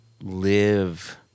live